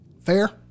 Fair